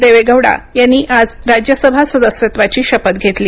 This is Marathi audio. देवेगौडा यांनी आज राज्यसभा सदस्यत्वाची शपथ घेतली